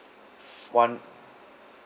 for one